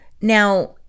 Now